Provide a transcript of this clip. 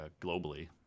globally